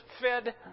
fed